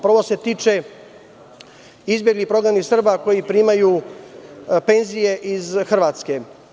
Prvo se tiče izbeglih i prognanih Srba koji primaju penzije iz Hrvatske.